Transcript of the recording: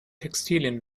textilien